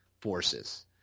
forces